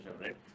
right